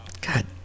God